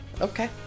okay